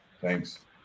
thanks